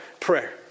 prayer